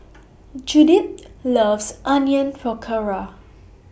Judith loves Onion Pakora